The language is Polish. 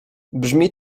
brzmi